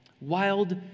Wild